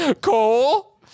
Cole